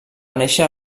néixer